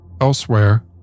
Elsewhere